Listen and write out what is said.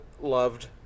loved